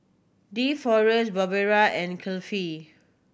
Deforest Barbara and Cliffie